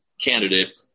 candidate